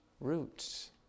roots